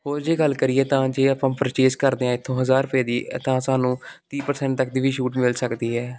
ਹੋਰ ਜੇ ਗੱਲ ਕਰੀਏ ਤਾਂ ਜੇ ਆਪਾਂ ਪਰਚੇਸ ਕਰਦੇ ਹਾਂ ਇੱਥੋਂ ਹਜ਼ਾਰ ਰੁਪਏ ਦੀ ਤਾਂ ਸਾਨੂੰ ਤੀਹ ਪ੍ਰਸੈਂਟ ਤੱਕ ਦੀ ਵੀ ਛੂਟ ਮਿਲ ਸਕਦੀ ਹੈ